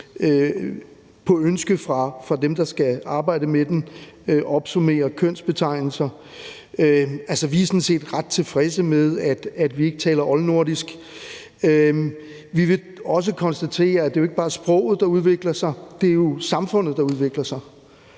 ønske fra dem, der skal arbejde med den, opsummerer kønsbetegnelser. Vi er sådan set ret tilfredse med, at vi ikke taler oldnordisk. Vi vil også konstatere, at det ikke bare er sproget, der udvikler sig; det er jo også samfundet, der udvikler sig.